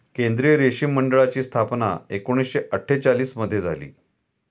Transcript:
केंद्रीय रेशीम मंडळाची स्थापना एकूणशे अट्ठेचालिश मध्ये झाली